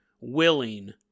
willing